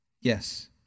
Yes